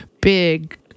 big